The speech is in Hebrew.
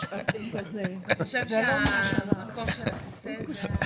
אתה חושב שהמקום של הכיסא ---?